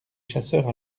chasseurs